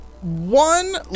One